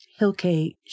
Hilke